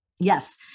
Yes